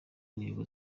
intego